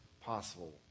possible